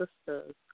sister's